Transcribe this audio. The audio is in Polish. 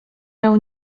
jednak